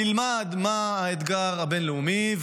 נלמד מה האתגר הבין-לאומי,